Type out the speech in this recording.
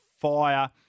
fire